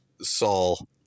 Saul